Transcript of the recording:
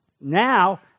now